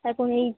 এখন এই